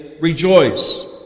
rejoice